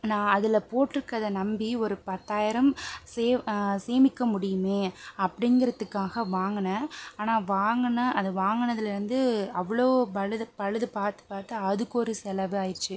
நான் அதில் போட்டு இருக்கிறத நம்பி ஒரு பத்தாயிரம் சேவ் சேமிக்க முடியுமே அப்படிங்கிறத்துக்காக வாங்குன ஆனால் வாங்குன அது வாங்கினதுலேந்து அவ்வளோ பழுது பழுது பார்த்து பார்த்து அதுக்கு ஒரு செலவு ஆயிடிச்சு